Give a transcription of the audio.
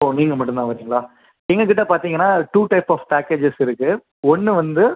இப்போது நீங்கள் மட்டும் தான் வரிங்களா எங்கள்கிட்ட பார்த்தீங்கனா டூ டைப் ஆஃப் பேக்கேஜஸ் இருக்குது ஒன்று வந்து